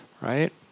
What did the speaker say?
right